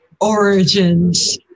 origins